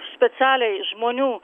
specialiai žmonių